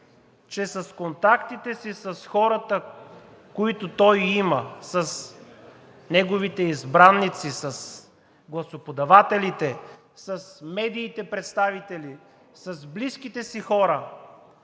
че с контактите си с хората, които има, с неговите избраници, с гласоподавателите, с представители на медиите, с близките си хора,